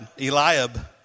Eliab